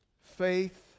Faith